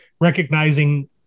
recognizing